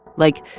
like,